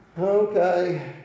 Okay